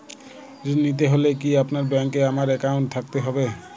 ঋণ নিতে হলে কি আপনার ব্যাংক এ আমার অ্যাকাউন্ট থাকতে হবে?